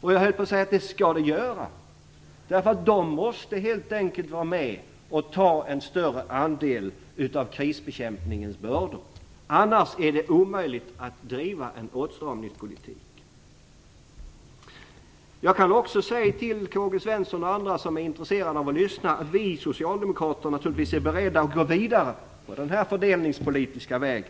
Jag höll på att säga att det skall göra det. De måste helt enkelt ta en större andel av krisbekämpningens bördor. Annars är det omöjligt att bedriva en åtstramningspolitik. Jag kan också säga till K-G Svenson och andra som är intresserade av att lyssna att vi socialdemokrater är beredda att gå vidare på den här fördelningspolitiska vägen.